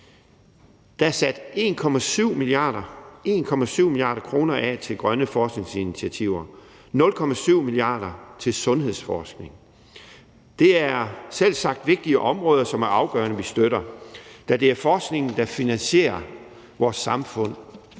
er sat 1,7 mia. kr. af til grønne forskningsinitiativer og 0,7 mia. kr. til sundhedsforskning. Det er selvsagt vigtige områder, som det er afgørende at vi støtter, da det er forskningen, der finansierer vores samfund